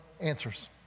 answers